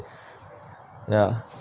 ya